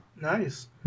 Nice